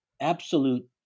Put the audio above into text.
absolute